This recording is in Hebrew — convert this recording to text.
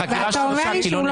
ואתה אומר לי שהוא לא